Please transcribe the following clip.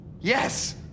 Yes